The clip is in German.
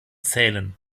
zählen